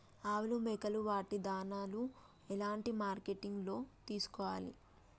ఆవులు మేకలు వాటి దాణాలు ఎలాంటి మార్కెటింగ్ లో తీసుకోవాలి?